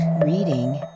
reading